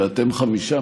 ואתם חמישה,